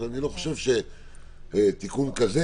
אני לא חושב שתיקון כזה,